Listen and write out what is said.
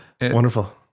wonderful